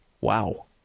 Wow